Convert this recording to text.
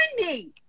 money